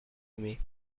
aimé